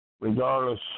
regardless